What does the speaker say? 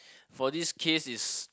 for this case is